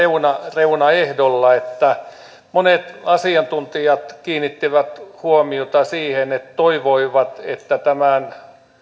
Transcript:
reunaehdolla monet asiantuntijat kiinnittivät huomiota siihen että toivoivat että tämän